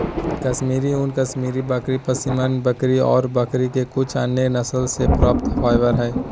कश्मीरी ऊन, कश्मीरी बकरी, पश्मीना बकरी ऑर बकरी के कुछ अन्य नस्ल से प्राप्त फाइबर हई